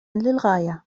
للغاية